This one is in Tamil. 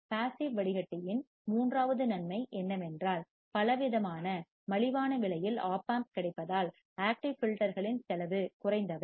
பாசிவ் வடிகட்டியின் மூன்றாவது நன்மை என்னவென்றால் பலவிதமான மலிவான விலையில் ஒப் ஆம்ப் கிடைப்பதால் ஆக்டிவ் ஃபில்டர்களின் செலவு குறைந்தவை